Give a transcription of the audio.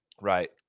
Right